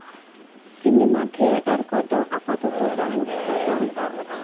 cinema theatre ᱠᱚᱫᱚ ᱟᱯᱟᱛᱚᱛᱚ ᱵᱟᱹᱱᱩᱜ ᱠᱟᱫᱟ